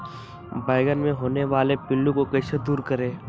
बैंगन मे होने वाले पिल्लू को कैसे दूर करें?